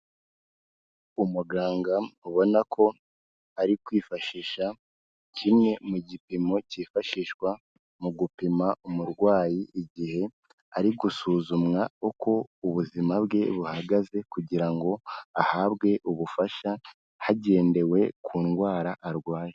Umuganga ubona ko ari kwifashisha kimwe mu gipimo kifashishwa mu gupima umurwayi, igihe ari gusuzumwa uko ubuzima bwe buhagaze, kugira ngo ahabwe ubufasha hagendewe ku ndwara arwaye.